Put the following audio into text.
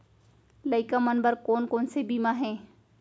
लइका मन बर कोन कोन से बीमा हे?